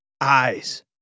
Eyes